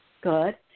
Good